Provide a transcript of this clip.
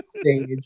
stage